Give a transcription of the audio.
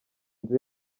nzu